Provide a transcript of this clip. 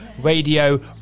Radio